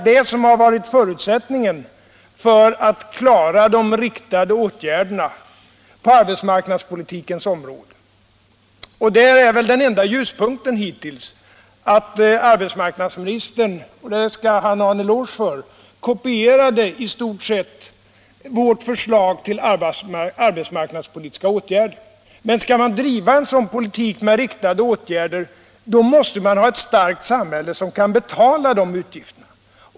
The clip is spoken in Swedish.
Det har varit förutsättningen för att klara de riktade åtgärderna på arbetsmarknadspolitikens område. Den enda ljuspunkten hittills är väl att arbetsmarknadsministern — och det skall han ha en eloge för —- i stort sett kopierade vårt förslag till arbetsmarknadspolitiska åtgärder. Men skall man driva en sådan politik med riktade åtgärder, måste man alltså ha ett starkt samhälle som kan betala utgifterna.